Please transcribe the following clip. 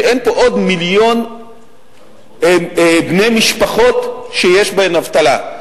שאין פה עוד מיליון בני משפחות שיש בהן אבטלה;